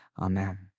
Amen